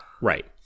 Right